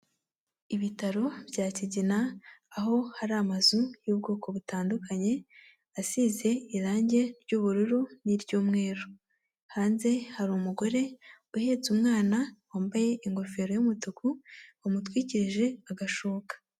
Ibitaro bya Kigina, aho hari amazu y'ubwoko butandukanye asize irangi ry'ubururu n'iry'umweru, hanze hari umugore uhetse umwana wambaye ingofero y'umutuku umutwikirije agashuka.